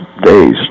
days